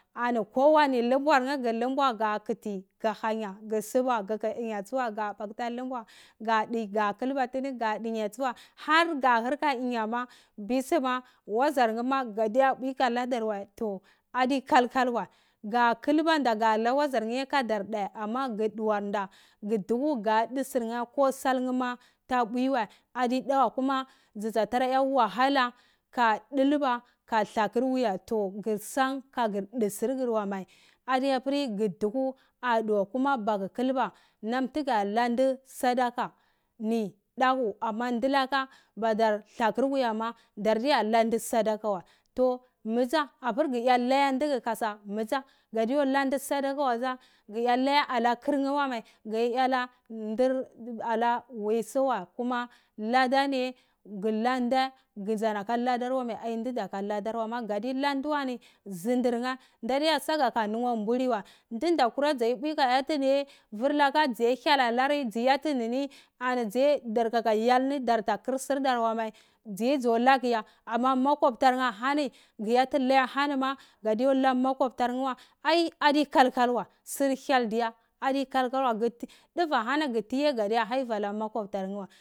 Ani kowani lumbwan gulumbwa ga kiti gu hnanya gulumba tsuwa gata pata hanya ga di ka kulba tini stsuwai harga hur kadunya ma bisu ma wazar nheh ma godiya pwi haladar ma toh adi hal hal wai ga kulbanda ga lo wazar nheh kadar dheh amba kaga duwarnda gu duku ga du sol nheh ko sol mheh ma ta pwi wa aaida wa kuma dzatara ya wahala ka dulba ka alakor wuya gur son kagur du sor gur mai wai adiwa pur guduka kuma magu dulba ham tuga nam du sadaka daleu ama dunaka dar alakur wuya ma dardiya na ndai sudoku wai toh mhudza apa gur ya za mida gadiya la ndu soddlea wa gaa laya lakur nheh mai ga yala ndur woiso wai kuma lada nima gulonde gadiya ka lodani wai mai adinar dzanaka ladar wai ama gutalondu wai zundur nheh ndadiya saga tunwa mboli war ndundo kura dzoi pwi kaya fini yai vor laka dziya hydolori dzi yati nini yai darka ka hial ni dorta kur surdor waiye dzuye dzo lagu ya ama makoptar nheh ahani guyati loyarar matoptar nheh wai ai adi kal-kal wa sur hyel diya adi kalkal wai duva hani gu ti ye gadiyala mokoptai nheh wa kwabtalwa